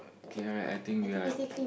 K alright I think we're